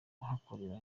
ahakorera